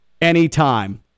anytime